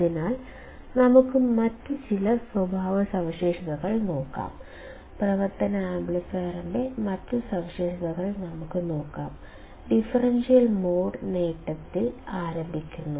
അതിനാൽ നമുക്ക് മറ്റ് ചില സ്വഭാവവിശേഷങ്ങൾ നോക്കാം പ്രവർത്തന ആംപ്ലിഫയറിന്റെ മറ്റ് സവിശേഷതകൾ നമുക്ക് നോക്കാം ഡിഫറൻഷ്യൽ മോഡ് നേട്ടത്തിൽ ആരംഭിക്കുന്നു